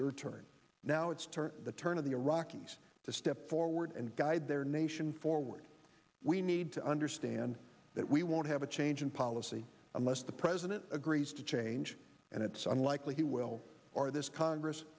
your turn now it's to the turn of the iraqis to step forward and guide their nation forward we need to understand that we won't have a change in policy unless the president agrees to change and it's unlikely he will or this congress